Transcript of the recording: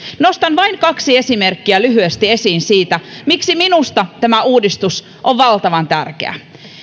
nostan vain kaksi esimerkkiä lyhyesti esiin siitä miksi minusta tämä uudistus on valtavan tärkeä